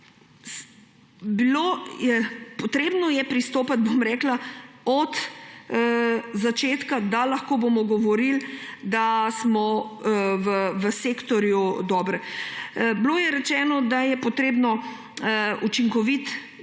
Potrebno je pristopiti od začetka, da bomo lahko govorili, da smo v sektorju dobri. Bilo je rečeno, da je potreben učinkovit